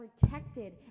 protected